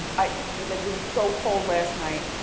i mean like, it was so cold last night,